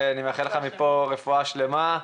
אני מאחל לך מפה רפואה שלמה,